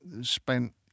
spent